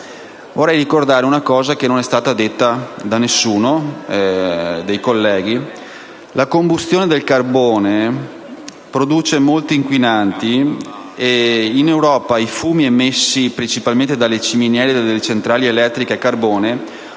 Vorrei ricordare un aspetto che non è stato evidenziato da nessun collega: la combustione del carbone produce molti inquinanti e in Europa i fumi emessi principalmente dalle ciminiere delle centrali elettriche a carbone